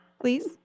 Please